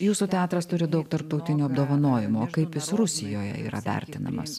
jūsų teatras turi daug tarptautinių apdovanojimų kaip jis rusijoje yra vertinamas